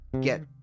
get